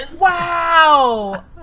Wow